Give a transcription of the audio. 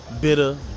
Bitter